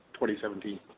2017